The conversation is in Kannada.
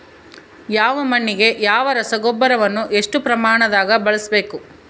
ಯಾವ ಮಣ್ಣಿಗೆ ಯಾವ ರಸಗೊಬ್ಬರವನ್ನು ಎಷ್ಟು ಪ್ರಮಾಣದಾಗ ಬಳಸ್ಬೇಕು?